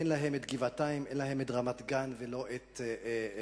אין להם גבעתיים, אין להם רמת-גן ולא את נווה-אפק,